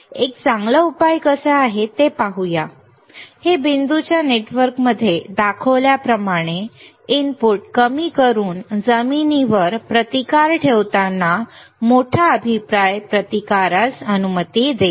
एक चांगला उपाय कसा आहे ते पाहूया हे बिंदूच्या नेटवर्कमध्ये दाखवल्याप्रमाणे इनपुट कमी करून जमिनीवर प्रतिकार ठेवताना मोठ्या अभिप्राय प्रतिकारास अनुमती देईल